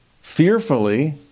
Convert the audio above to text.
fearfully